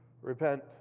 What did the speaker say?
repent